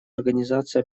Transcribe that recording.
организации